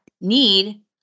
need